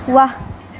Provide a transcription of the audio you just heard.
واہ